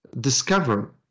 discover